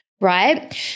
right